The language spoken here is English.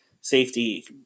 safety